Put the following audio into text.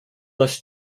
less